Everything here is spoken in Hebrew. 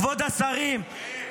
כבוד השרים,